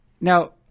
now